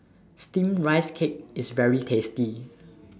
Steamed Rice Cake IS very tasty